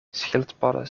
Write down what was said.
schildpadden